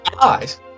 eyes